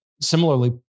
similarly